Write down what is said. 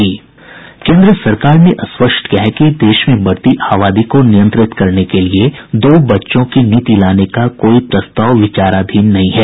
केन्द्र सरकार ने स्पष्ट किया है कि देश में बढती आबादी को नियंत्रित करने के लिए दो बच्चों की नीति लाने का कोई प्रस्ताव विचाराधीन नहीं है